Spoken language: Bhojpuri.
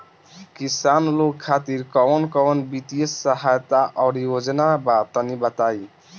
किसान लोग खातिर कवन कवन वित्तीय सहायता और योजना बा तनि बताई?